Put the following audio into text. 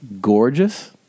gorgeous